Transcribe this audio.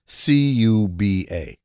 CUBA